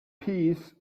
peace